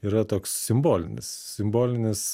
yra toks simbolinis simbolinis